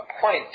point